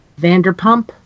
Vanderpump